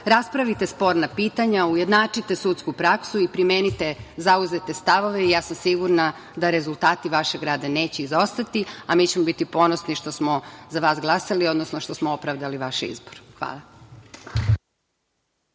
Raspravite sporna pitanja, ujednačite sudsku praksu i primenite zauzete stavove i sigurna sam da rezultati vašeg rada neće izostati, a mi ćemo biti ponosni što smo za vas glasali, odnosno što smo opravdali vaš izbor. Hvala.